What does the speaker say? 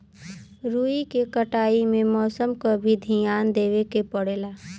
रुई के कटाई में मौसम क भी धियान देवे के पड़ेला